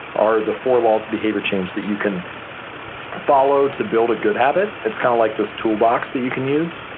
are the four laws of behavior change that you can follow to build a good habit. it's kind of like this toolbox that you can use.